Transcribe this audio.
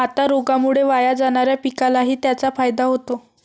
आता रोगामुळे वाया जाणाऱ्या पिकालाही त्याचा फायदा होतो